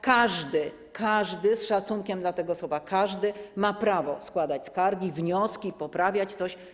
Każdy - z szacunkiem dla tego słowa: każdy - ma prawo składać skargi, wnioski, poprawiać coś.